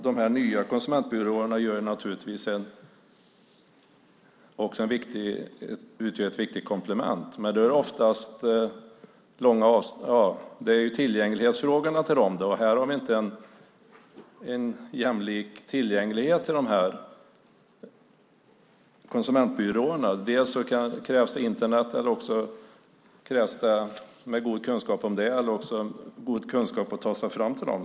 De nya konsumentbyråerna utgör naturligtvis ett viktigt komplement, men då handlar det i stället om tillgänglighetsfrågor. Det är inte en jämlik tillgänglighet till konsumentbyråerna. Det krävs Internet med god kunskap om det eller god kunskap att ta sig fram till dem.